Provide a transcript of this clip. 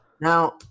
Now